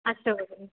अस्तु भगिनि